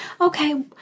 Okay